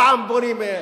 פעם בונים,